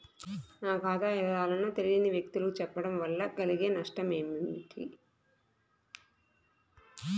నా ఖాతా వివరాలను తెలియని వ్యక్తులకు చెప్పడం వల్ల కలిగే నష్టమేంటి?